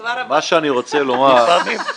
כבר אמרת.